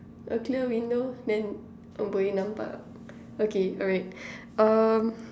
a clear window then lah okay alright um